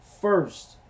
first